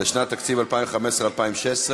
לשנות התקציב 2015 ו-2016).